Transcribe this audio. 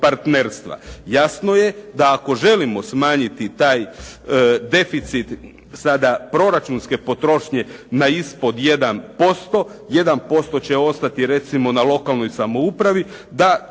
Jasno je da ako želimo smanjiti taj deficit sada proračunske potrošnje na ispod 1%, 1% će ostati recimo na lokalnoj samoupravi, da tu